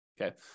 okay